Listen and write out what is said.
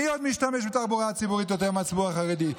מי עוד משתמש בתחבורה הציבורית יותר מהציבור החרדי?